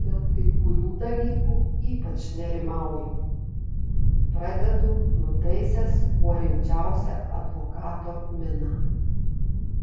dėl kai kurių dalykų ypač nerimauju pradedu nutaisęs kuo rimčiausią advokato miną